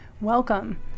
Welcome